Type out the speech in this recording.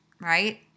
right